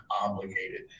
obligated